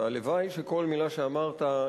והלוואי שכל מלה שאמרת,